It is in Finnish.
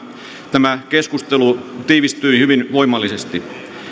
tämä keskustelu tiivistyi hyvin voimallisesti